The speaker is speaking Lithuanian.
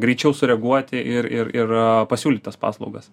greičiau sureaguoti ir ir pasiūlyt tas paslaugas